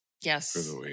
yes